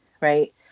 right